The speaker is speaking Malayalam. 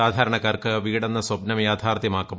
സാധാരണക്കാർക്ക് വീട് എന്ന സ്വപ്നം യാഥാർത്ഥൃമാക്കും